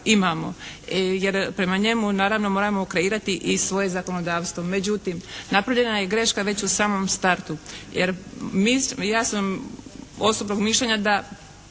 imamo jer prema njemu naravno moramo kreirati i svoje zakonodavstvo. Međutim, napravljena je greška već u samom startu jer mi, ja sam osobnog mišljenja da